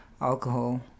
alcohol